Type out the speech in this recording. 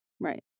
right